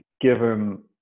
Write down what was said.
given